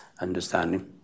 understanding